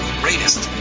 greatest